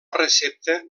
recepta